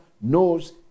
knows